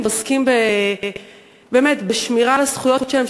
ועוסקים באמת בשמירה על הזכויות שלהם,